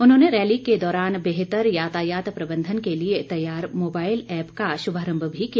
उन्होंने रैली के दौरान बेहतर यातायात प्रबंधन के लिए तैयार मोबाईल ऐप का शुभारंभ भी किया